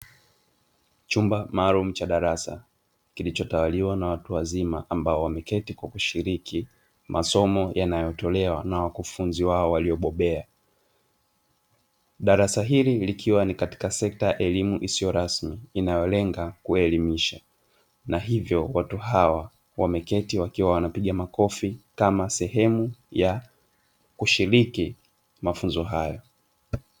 Chumba maarum cha darasa kilichotawaliwa na watu wazima ambao wameketi kwa kushiriki masomo yanayotolewa na wakufunzi wao waliobobea. Darasa hili likiwa ni katika sekta elimu isiyo rasmi inayolenga kuelimisha, na hivyo watu hawa wameketi wakiwa wanapiga makofi kama sehemu ya kushiriki mafunzo hayo.